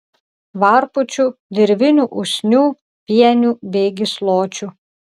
varpučių dirvinių usnių pienių bei gysločių